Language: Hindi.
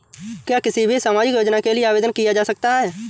क्या किसी भी सामाजिक योजना के लिए आवेदन किया जा सकता है?